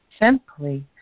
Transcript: Simply